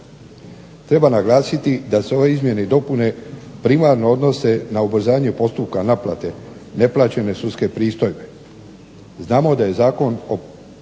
Treba naglasiti da se ove izmjene i dopune primarno odnose na ubrzanje postupka naplate neplaćene sudske pristojbe. Znamo da je zakon o provedbi